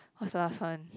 what's the last one